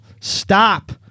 Stop